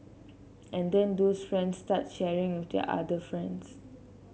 and then those friends start sharing with their other friends